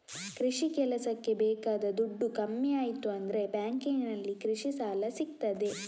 ಕೃಷಿ ಕೆಲಸಕ್ಕೆ ಬೇಕಾದ ದುಡ್ಡು ಕಮ್ಮಿ ಆಯ್ತು ಅಂದ್ರೆ ಬ್ಯಾಂಕಿನಲ್ಲಿ ಕೃಷಿ ಸಾಲ ಸಿಗ್ತದೆ